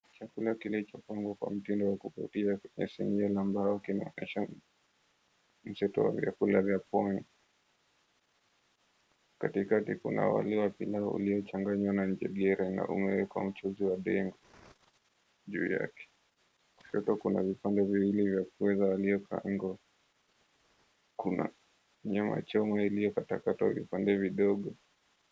Chakula kilichopangwa kwa mtindo wa kuvutia kwenye sinia la mbaokinaonyesha mseto wa vyakula vya pwani. Katikati kuna wali wa pilau uliochanganywa na njegera na umewekwa mchuzi wa dengu. Juu yake kushoto kuna vipande viwili vya pweza waliokaangwa. Kuna nyama choma iliyokatakatwa vipande vidogo.